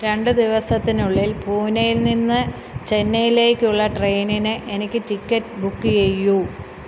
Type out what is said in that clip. രണ്ട് ദിവസത്തിനുള്ളിൽ പൂനെയിൽ നിന്ന് ചെന്നൈലേക്കുള്ള ട്രെയിനിന് എനിക്ക് റ്റിക്കറ്റ് ബുക്ക് ചെയ്യൂ